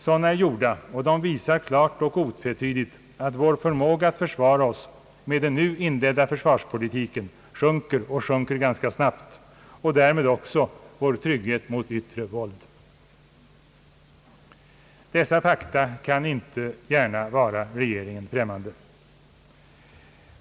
Sådana är gjorda och visar klart och otvetydigt, att vår förmåga att försvara oss med den nu inledda försvarspolitiken sjunker — och sjunker ganska snabbt — och därmed också vår trygghet mot yttre våld. Dessa fakta kan rimligen inte vara regeringen främmande.